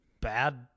bad